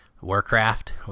Warcraft